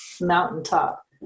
mountaintop